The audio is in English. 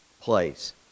place